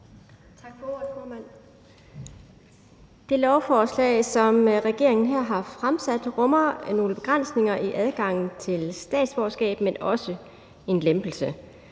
Tak for ordet, formand. Det lovforslag, som regeringen her har fremsat, rummer nogle begrænsninger i adgangen til statsborgerskab, men også en lempelse.